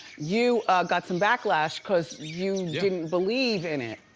you got some backlash cause you didn't believe in it.